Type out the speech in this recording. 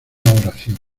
oración